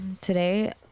today